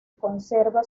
conserva